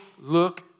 look